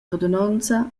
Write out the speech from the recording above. radunonza